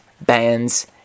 bands